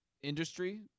industry